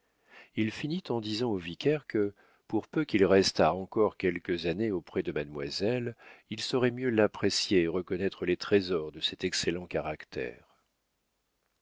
il finit en disant au vicaire que pour peu qu'il restât encore quelques années auprès de mademoiselle il saurait mieux l'apprécier et reconnaître les trésors de cet excellent caractère